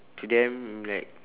to them I'm like